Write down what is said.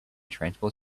transport